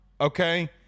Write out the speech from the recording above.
Okay